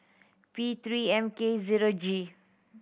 P Three M K zero G